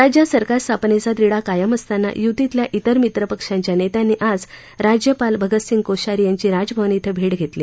राज्यात सरकार स्थापनेचा तिढा कायम असताना युतीतल्या इतर मित्रपक्षांच्या नेत्यांनी आज राज्यपाल भगतसिंग कोश्यारी यांची राजभवन इथं भेट घेतली